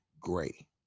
Gray